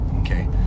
Okay